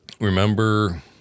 remember